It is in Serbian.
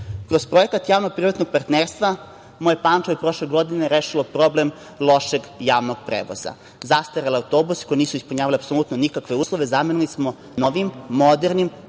Kroz projekat javno-privatnog partnerstva, moje Pančevo je prošle godine rešilo problem lošeg javnog prevoza - zastarele autobuse koji nisu ispunjavali apsolutno nikakve uslove zamenili smo novim, modernim,